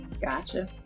Gotcha